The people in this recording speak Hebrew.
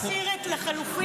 להסיר את לחלופין.